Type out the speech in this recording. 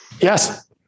Yes